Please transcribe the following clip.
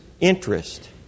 interest